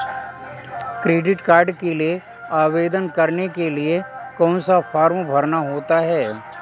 Credit card के लिए आवेदन करने के लिए कौन सा फॉर्म भरना होता है?